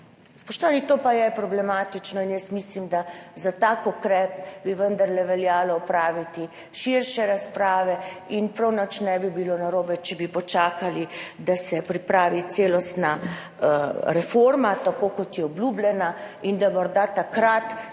Spoštovani, to pa je problematično in jaz mislim, da bi za tak ukrep vendarle veljalo opraviti širšo razpravo in prav nič ne bi bilo narobe, če bi počakali, da se pripravi celostna reforma, tako kot je obljubljena, in da imamo morda takrat tudi